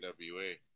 NWA